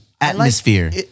atmosphere